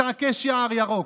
התעקש יער ירוק.